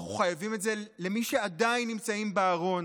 אנחנו חייבים את זה למי שעדיין נמצאים בארון.